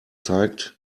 zeigt